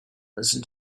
listen